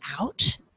out